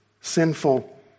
sinful